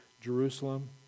Jerusalem